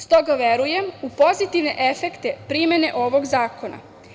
Stoga verujem u pozitivne efekte primene ovog zakona.